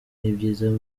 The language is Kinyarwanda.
n’ibyiza